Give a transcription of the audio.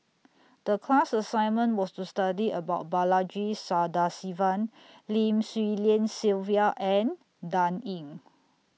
The class assignment was to study about Balaji Sadasivan Lim Swee Lian Sylvia and Dan Ying